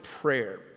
prayer